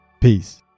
Peace